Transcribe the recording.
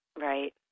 Right